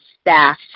staff